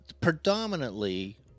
predominantly